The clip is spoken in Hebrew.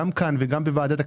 גם כאן וגם בוועדת הכלכלה,